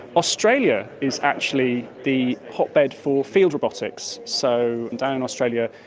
australia is actually the hotbed for field robotics. so down in australia,